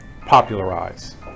popularize